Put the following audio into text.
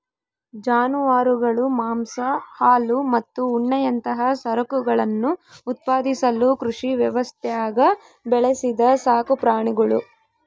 ಜಾನುವಾರುಗಳು ಮಾಂಸ ಹಾಲು ಮತ್ತು ಉಣ್ಣೆಯಂತಹ ಸರಕುಗಳನ್ನು ಉತ್ಪಾದಿಸಲು ಕೃಷಿ ವ್ಯವಸ್ಥ್ಯಾಗ ಬೆಳೆಸಿದ ಸಾಕುಪ್ರಾಣಿಗುಳು